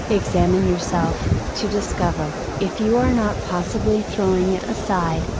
examine yourself, to discover, if you are not possibly throwing it aside,